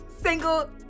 single